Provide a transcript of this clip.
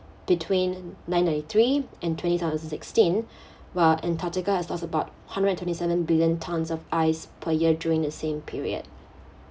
between nineteen ninety three and twenty thousand sixteen while antarctica has lost about hundred and twenty seven billion tonnes of ice per year during the same period